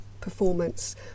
performance